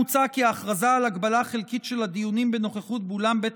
מוצע כי ההכרזה על הגבלה חלקית של הדיונים בנוכחות באולם בית